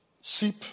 sheep